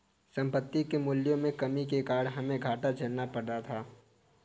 संपत्ति के मूल्यों में कमी के कारण हमे घाटा झेलना पड़ा था